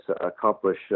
accomplish